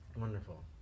Wonderful